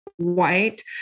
white